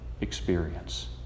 experience